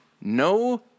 no